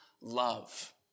love